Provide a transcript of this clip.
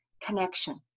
connection